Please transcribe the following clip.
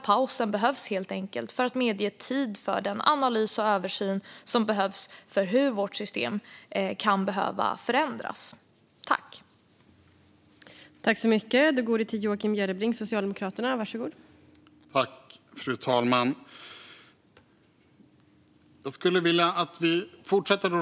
Pausen behövs helt enkelt för att medge tid för den analys och översyn som behövs av hur vårt system kan behöva förändras.